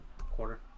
quarter